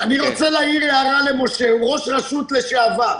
אני רוצה להעיר הערה למשה אבוטבול שהוא ראש רשות מקומית לשעבר.